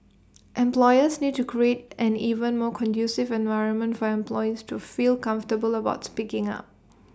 employers need to create an even more conducive environment for employees to feel comfortable about speaking up